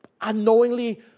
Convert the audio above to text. unknowingly